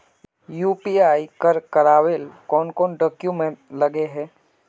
UPI कर करावेल कौन कौन डॉक्यूमेंट लगे है?